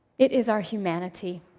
it is our humanity,